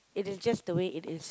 it is just the way it is